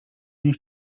niech